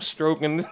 Stroking